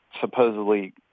supposedly